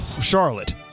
Charlotte